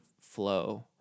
flow